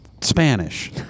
Spanish